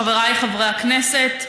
חבריי חברי הכנסת,